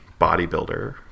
bodybuilder